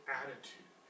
attitude